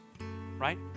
right